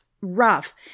rough